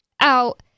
out